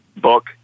book